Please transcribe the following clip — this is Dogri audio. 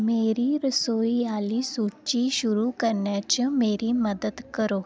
मेरी रसोई आह्ली सूची शुरू करने च मेरी मदद करो